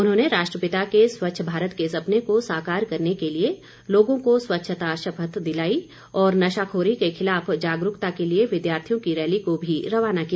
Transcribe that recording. उन्होंने राष्ट्रपिता के स्वच्छ भारत के सपने को साकार करने के लिए लोगों को स्वच्छता शपथ दिलाई और नशाखोरी के खिलाफ जागरूकता के लिए विद्यार्थियों की रैली को भी रवाना किया